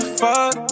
fuck